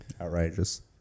outrageous